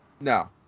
No